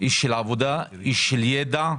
איש של עבודה, איש של ידע,